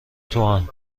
توام